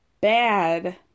bad